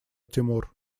тимур